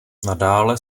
nadále